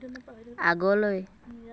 আগলৈ